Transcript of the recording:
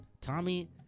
tommy